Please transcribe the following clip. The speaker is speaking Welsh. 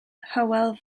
hywel